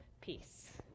peace